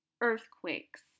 earthquakes